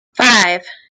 five